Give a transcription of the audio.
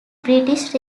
british